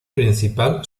principal